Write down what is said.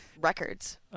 Records